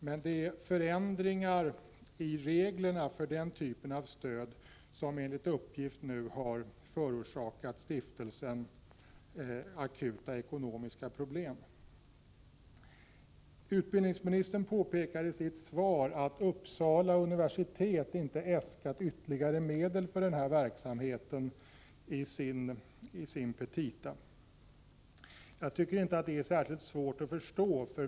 Men det är förändringar i reglerna för den här typen av stöd som nu enligt uppgift förorsakat stiftelsen akuta ekonomiska problem. Utbildningsministern påpekar i sitt svar att Uppsala universitet i sin petita inte äskat ytterligare medel till den här verksamheten. Jag tycker inte att det är särskilt svårt att förstå.